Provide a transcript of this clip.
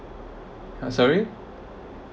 I'm sorry